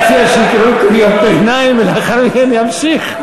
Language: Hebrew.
להציע שיקראו קריאות ביניים ולאחר מכן ימשיך,